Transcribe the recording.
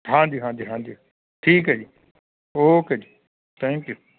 ਹਾਂਜੀ ਹਾਂਜੀ ਹਾਂਜੀ ਠੀਕ ਆ ਜੀ ਓਕੇ ਜੀ ਥੈਂਕ ਯੂ